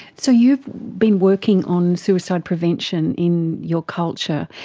so you've been working on suicide prevention in your culture.